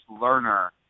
learner